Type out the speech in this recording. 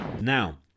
Now